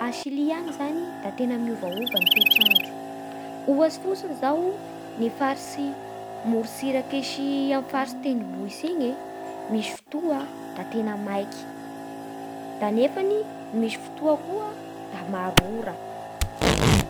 A Silia any zany da tena miovaova ny toetr'andro. Ohatsy fotsiny izao ny faritsy morotsiraky sy amin'ny faritsy tendrombohitsy igny e misy fotoa da tena maiky da anefany misy fotoa koa da maro ora.